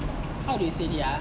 how they said it ah